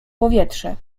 powietrze